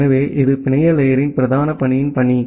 எனவே இது பிணைய லேயரின் பிரதான பணியின் பணி